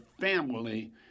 family